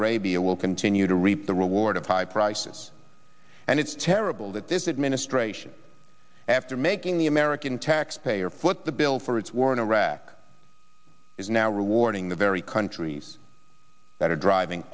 arabia will continue to reap the reward of high prices and it's terrible that this administration after making the american taxpayer foot the bill for its war in iraq is now rewarding the very countries that are driving